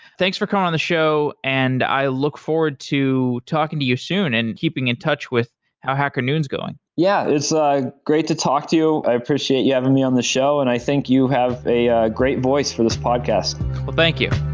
thanks for coming on the show, and i look forward to talking you soon and keeping in touch with how hacker noon is going yeah. it's great to talk to you. i appreciate you having me on the show and i think you have a ah great voice for this podcast but thank you